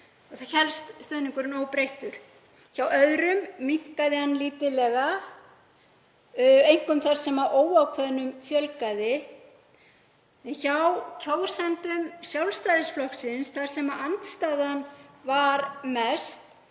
hélst stuðningurinn óbreyttur en hjá öðrum minnkaði hann lítillega, einkum þar sem óákveðnum fjölgaði. Hjá kjósendum Sjálfstæðisflokksins þar sem andstaðan var mest